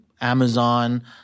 Amazon